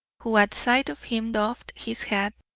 who at sight of him doffed his hat.